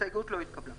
ההסתייגות לא התקבלה.